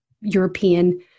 European